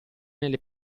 nelle